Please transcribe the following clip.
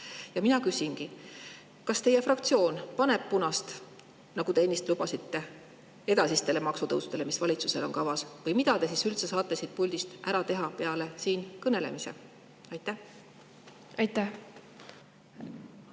Ma küsingi, kas teie [erakond] paneb punast, nagu te ennist lubasite, edasistele maksutõusudele, mis valitsusel on kavas, või mida te üldse saate siit puldist ära teha peale kõnelemise. Aitäh! See